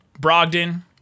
Brogdon